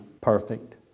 perfect